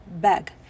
bag